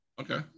Okay